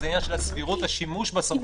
זה עניין של סבירות השימוש בסמכות.